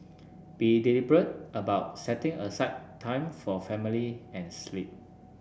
be deliberate about setting aside time for family and sleep